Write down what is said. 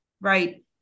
right